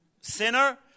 Sinner